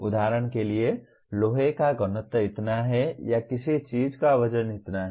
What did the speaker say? उदाहरण के लिए लोहे का घनत्व इतना है या किसी चीज का वजन इतना है